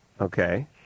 Okay